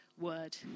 word